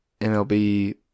MLB